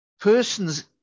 person's